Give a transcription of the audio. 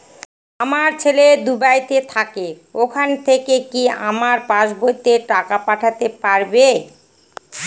আমার ছেলে দুবাইতে থাকে ওখান থেকে কি আমার পাসবইতে টাকা পাঠাতে পারবে?